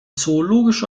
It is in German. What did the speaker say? zoologische